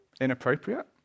inappropriate